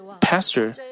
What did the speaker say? pastor